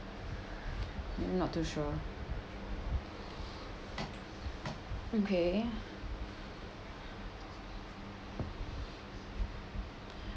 not too sure okay